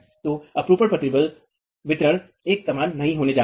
तो अपरूपण प्रतिबल वितरण एक समान नहीं होने जा रहा है